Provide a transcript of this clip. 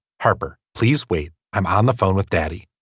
harper please wait. i'm on the phone with daddy